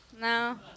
No